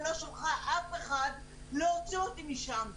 ולא שלחה אף אחד להוציא אותי משם.